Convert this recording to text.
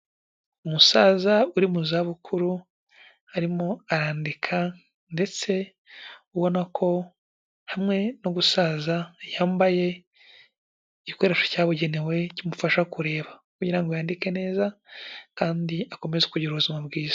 Umusaza uri mu zabukuru, arimo arandika ndetse ubona ko hamwe no gusaza yambaye igikoresho cyabugenewe kimufasha kureba, kugirango yandike neza kandi akomeze kugira ubuzima bwiza.